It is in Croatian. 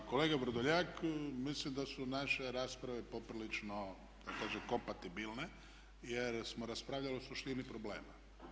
Pa kolega Vrdoljak, mislim da su naše rasprave poprilično da kažem kompatibilne jer smo raspravljali o suštini problema.